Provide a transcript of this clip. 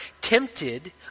tempted